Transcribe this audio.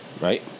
Right